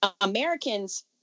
Americans